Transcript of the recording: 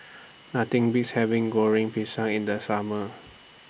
Nothing Beats having Goreng Pisang in The Summer